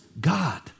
God